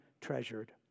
treasured